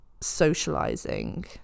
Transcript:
socializing